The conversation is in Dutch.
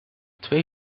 twee